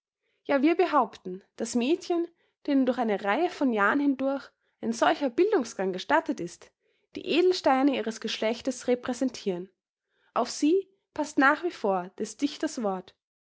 ja wir behaupten daß mädchen denen durch eine reihe von jahren hindurch ein solcher bildungsgang gestattet ist die edelsteine ihres geschlechtes repräsentiren auf sie paßt nach wie vor des dichters wort